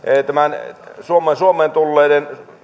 suomeen tulleiden